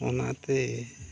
ᱚᱱᱟᱛᱮ